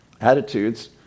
attitudes